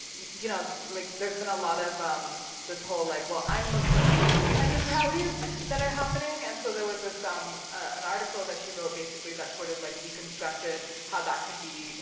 you know, like there's been a lot of um this whole like, well, i'm muslim too kind of rallies that are happening, and so there was this, um an article that she wrote basically that sort of like deconstructed how that can be, you